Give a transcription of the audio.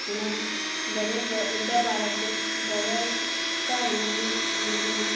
उ'नें बडे़ उं'दे बारे च बड़ा क्हानी बी लिखेआ